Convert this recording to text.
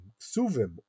suvim